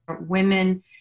women